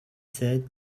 sept